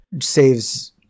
saves